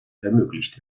ermöglicht